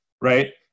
Right